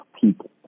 people